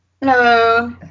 Hello